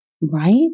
Right